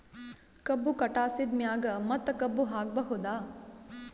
ಕಬ್ಬು ಕಟಾಸಿದ್ ಮ್ಯಾಗ ಮತ್ತ ಕಬ್ಬು ಹಾಕಬಹುದಾ?